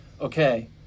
okay